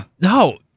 No